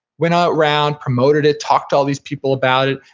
went um around, promoted it, talked to all these people about it.